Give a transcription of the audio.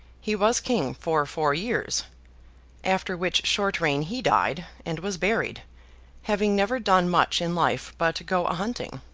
he was king for four years after which short reign he died, and was buried having never done much in life but go a hunting.